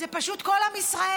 זה פשוט כל עם ישראל,